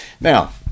Now